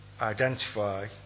identify